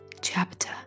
chapter